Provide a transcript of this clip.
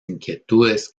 inquietudes